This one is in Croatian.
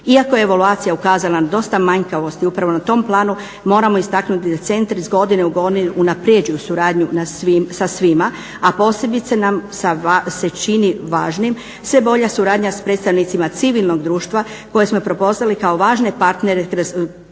iako je evaluacija ukazala na dosta manjkavosti upravo na tom planu. Moramo istaknuti da centri iz godine u godinu unaprjeđuju suradnju sa svima, a posebice nam se čini važnim sve bolja suradnja s predstavnicima civilnog društva koje smo prepoznali kao važne partnere, te kroz